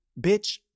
bitch